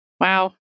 Wow